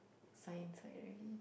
science like really